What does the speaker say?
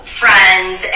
friends